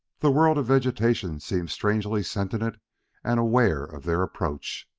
the world of vegetation seemed strangely sentient and aware of their approach.